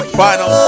final